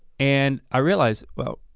and i realize, well,